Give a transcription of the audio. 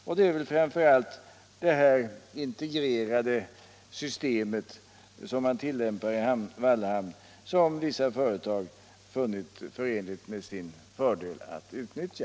Och det är väl framför allt det här integrerade systemet i Wallhamn som vissa företag funnit förenligt med sitt intresse att utnyttja.